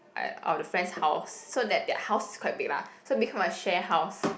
of the friend's house so that their house is quite big lah so become a share house